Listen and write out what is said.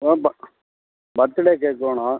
ப birthday cake வேணும்